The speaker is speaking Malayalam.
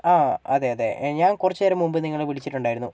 അതെയതെ ഞാൻ കുറച്ചു നേരം മുൻപ് നിങ്ങളെ വിളിച്ചിട്ടുണ്ടായിരുന്നു